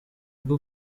rwo